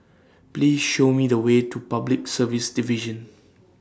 Please Show Me The Way to Public Service Division